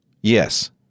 yes